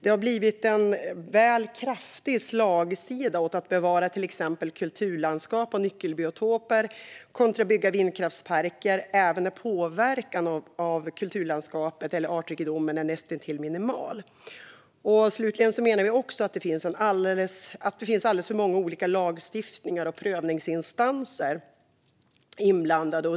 Det har blivit en väl kraftig slagsida åt att bevara till exempel kulturlandskap och nyckelbiotoper kontra att bygga vindkraftsparker, även när påverkan på kulturlandskapet eller artrikedomen är näst intill minimal. Slutligen menar vi att det finns alldeles för många olika lagstiftningar och prövningsinstanser inblandade.